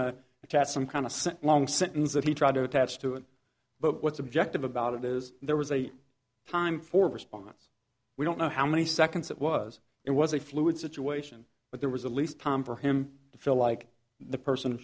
to attach some kind of long sentence that he tried to attach to it but what's objective about it is there was a time for response we don't know how many seconds it was it was a fluid situation but there was a least time for him to feel like the person